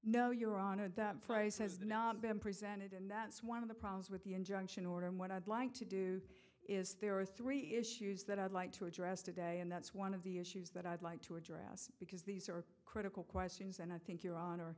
no your honor that phrase says the not been presented and that's one of the problems with the injunction order and what i'd like to do is there are three issues that i'd like to address today and that's one of the issues that i'd like to read because these are critical questions and i think your hon